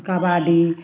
kabaddi